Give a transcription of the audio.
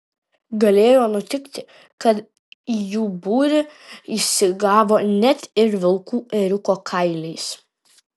galėjo nutikti kad į jų būrį įsigavo net ir vilkų ėriuko kailiais